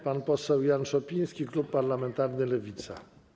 Pan poseł Jan Szopiński, klub parlamentarny Lewica.